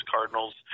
Cardinals